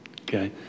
Okay